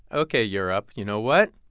ok, europe, you know what?